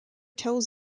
tells